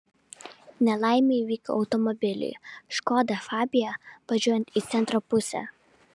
nelaimė įvyko automobiliui škoda fabia važiuojant į centro pusę